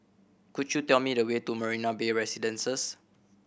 could you tell me the way to Marina Bay Residences